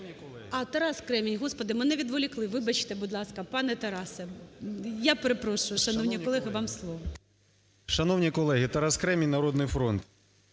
А, Тарас Кремінь, Господи, мене відволікли. Вибачте, будь ласка, пане Тарасе. Я перепрошую, шановні колеги, вам слово. 10:57:23 КРЕМІНЬ Т.Д. Шановні колеги! Тарас Кремінь, "Народний фронт".